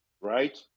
right